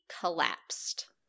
collapsed